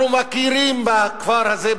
אנחנו מכירים בכפר הזה,